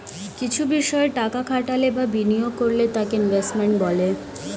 কিছু বিষয় টাকা খাটালে বা বিনিয়োগ করলে তাকে ইনভেস্টমেন্ট বলে